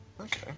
Okay